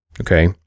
Okay